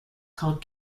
called